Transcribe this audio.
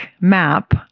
map